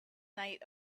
night